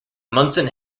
munson